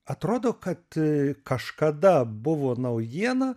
atrodo kad kažkada buvo naujiena